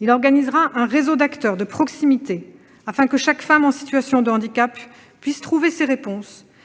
Ce centre mettra sur pied un réseau d'acteurs de proximité, afin que chaque femme en situation de handicap puisse trouver des réponses,